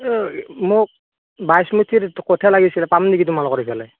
মোক বাইছমুঠিৰ কঠীয়া লাগিছিলে পাম নেকি তোমালোকৰ সেইফালে